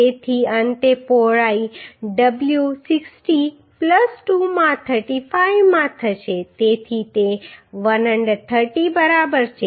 તેથી અંતે પહોળાઈ W 60 2 માં 35 માં થશે તેથી તે 130 બરાબર છે